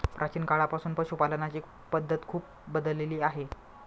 प्राचीन काळापासून पशुपालनाची पद्धत खूप बदलली आहे